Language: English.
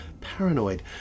paranoid